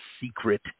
secret